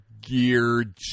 gear